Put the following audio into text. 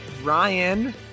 Ryan